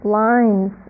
lines